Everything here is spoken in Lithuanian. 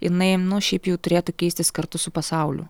jinai nu šiaip jau turėtų keistis kartu su pasauliu